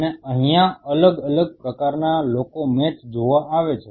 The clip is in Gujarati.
અને અહીંયા અલગ અલગ પ્રકારના લોકો મેચ જોવા આવે છે